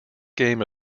game